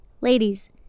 Ladies